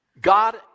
God